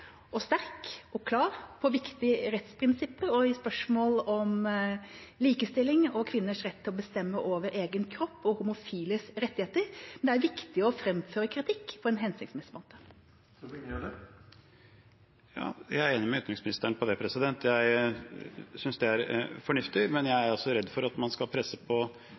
og klare på viktige rettsprinsipper og i spørsmål om likestilling, kvinners rett til å bestemme over egen kropp og homofiles rettigheter, men det er viktig å framføre kritikk på en hensiktsmessig måte. Jeg er enig med utenriksministeren på det punktet. Jeg synes det er fornuftig. Men jeg er redd for at man skal presse på